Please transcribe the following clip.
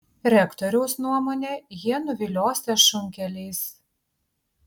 rektoriaus nuomone jie nuviliosią šunkeliais